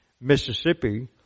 Mississippi